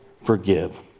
forgive